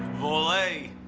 vo-lay!